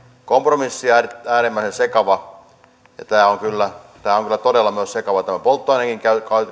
kompromissi ja äärimmäisen sekava ja tämä on kyllä myös todella sekava tämän polttoaineenkin